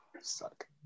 Suck